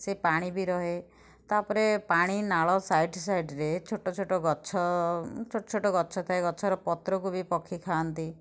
ସେ ପାଣି ବି ରହେ ତାପରେ ପାଣି ନାଳ ସାଇଡ଼୍ ସାଇଡ଼୍ରେ ଛୋଟ ଛୋଟ ଗଛ ଛୋଟ ଛୋଟ ଗଛ ଥାଏ ଗଛର ପତ୍ରକୁ ବି ପକ୍ଷୀ ଖାଆନ୍ତି